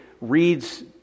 reads